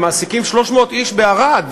הם מעסיקים 300 איש בערד.